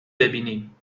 ببینیم